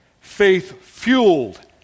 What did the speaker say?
faith-fueled